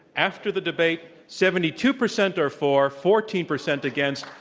after the debate, seventy-two percent are for, fourteen percent against,